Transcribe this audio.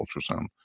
ultrasound